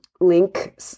link